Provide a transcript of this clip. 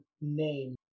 name